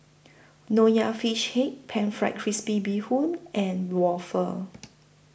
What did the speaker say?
Nonya Fish Head Pan Fried Crispy Bee Hoon and Waffle